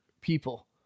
people